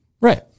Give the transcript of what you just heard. right